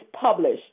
published